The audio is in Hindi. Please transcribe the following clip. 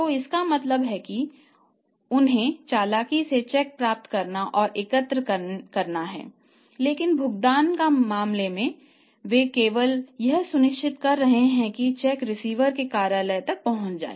तो इसका मतलब है कि उन्हें चालाकी से चेक प्राप्त करना और एकत्र करना है लेकिन भुगतान के मामले में वे केवल यह सुनिश्चित कर रहे हैं कि चेक रिसीवर के कार्यालय तक पहुंच जाए